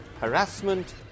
harassment